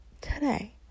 today